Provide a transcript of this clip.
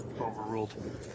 overruled